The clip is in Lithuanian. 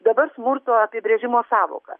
dabar smurto apibrėžimo sąvoka